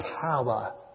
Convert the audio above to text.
power